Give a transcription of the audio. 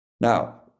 Now